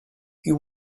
you